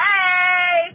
Hey